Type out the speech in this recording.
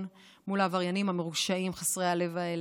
עם העבריינים המרושעים חסרי הלב האלה.